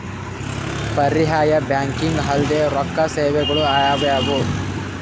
ಪರ್ಯಾಯ ಬ್ಯಾಂಕಿಂಗ್ ಅಲ್ದೇ ರೊಕ್ಕ ಸೇವೆಗಳು ಯಾವ್ಯಾವು?